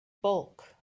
bulk